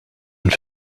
and